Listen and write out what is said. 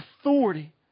authority